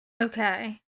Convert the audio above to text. Okay